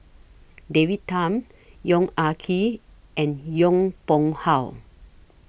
David Tham Yong Ah Kee and Yong Pung How